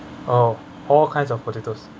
oh all kinds of potatoes